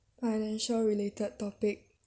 financial related topic